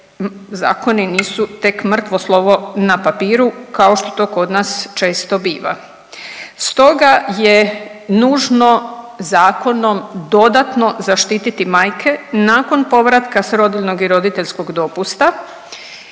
zakoni nisu tek mrtvo slovo na papiru kao što to kod nas često biva. Stoga je nužno zakonom dodatno zaštititi majke nakon povratka s rodiljnog i roditeljskog dopusta